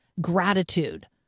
gratitude